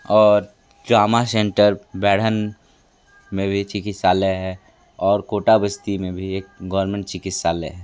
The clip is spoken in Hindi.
और ट्रामा शेंटर बैढ़न में भी चिकित्सालय है और कोटा बस्ती में भी एक गौर्नमेंट चिकित्सालय है